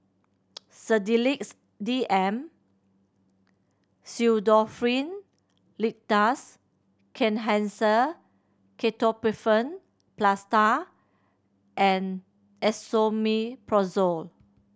Sedilix D M Pseudoephrine Linctus Kenhancer Ketoprofen Plaster and Esomeprazole